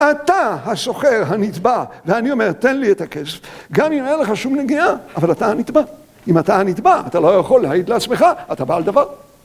אתה הסוחר, הנדבא, ואני אומר, תן לי את הכסף. גם אם אין לך שום נגיעה, אבל אתה הנדבא. אם אתה הנדבא, אתה לא יכול להעיד לעצמך, אתה בעל דבר.